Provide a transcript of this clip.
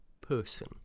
person